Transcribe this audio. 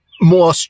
more